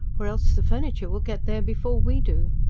or else the furniture will get there before we do.